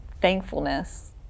thankfulness